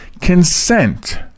consent